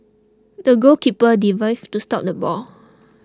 the goalkeeper dived to stop the ball